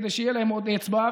כדי שתהיה להם עוד אצבע,